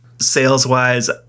Sales-wise